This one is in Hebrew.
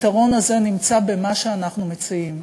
הפתרון הזה נמצא במה שאנחנו מציעים.